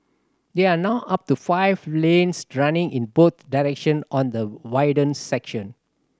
there are now up to five lanes running in both direction on the widened section